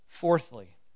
Fourthly